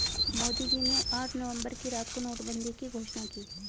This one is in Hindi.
मोदी जी ने आठ नवंबर की रात को नोटबंदी की घोषणा की